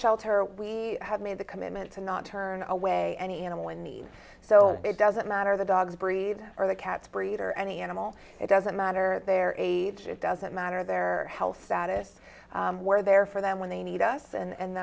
shelter we have made the commitment to not turn away any animal in need so it doesn't matter the dogs breed or the cats breed or any animal it doesn't matter their age it doesn't matter their health status we're there for them when they need us and